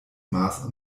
maß